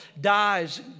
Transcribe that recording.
dies